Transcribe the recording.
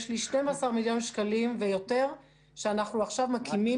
יש לי 12 מיליון שקלים ויותר כשאנחנו עכשיו מקימים